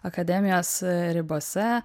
akademijos ribose